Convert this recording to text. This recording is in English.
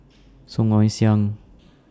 Song Ong Siang